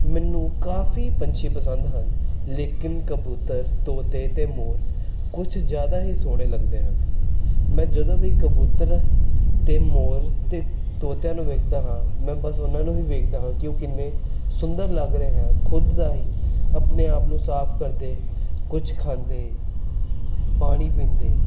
ਮੈਨੂੰ ਕਾਫ਼ੀ ਪੰਛੀ ਪਸੰਦ ਹਨ ਲੇਕਿਨ ਕਬੂਤਰ ਤੋਤੇ ਅਤੇ ਮੋਰ ਕੁਛ ਜ਼ਿਆਦਾ ਹੀ ਸੋਹਣੇ ਲੱਗਦੇ ਹਨ ਮੈਂ ਜਦੋਂ ਵੀ ਕਬੂਤਰ ਅਤੇ ਮੋਰ ਅਤੇ ਤੋਤਿਆਂ ਨੂੰ ਵੇਖਦਾ ਹਾਂ ਮੈਂ ਬਸ ਉਹਨਾਂ ਨੂੰ ਹੀ ਵੇਖਦਾ ਹਾਂ ਕਿ ਉਹ ਕਿੰਨੇ ਸੁੰਦਰ ਲੱਗ ਰਹੇ ਹੈ ਖੁਦ ਦਾ ਹੀ ਆਪਣੇ ਆਪ ਨੂੰ ਸਾਫ਼ ਕਰਦੇ ਕੁਛ ਖਾਂਦੇ ਪਾਣੀ ਪੀਂਦੇ